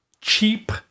cheap